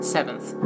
Seventh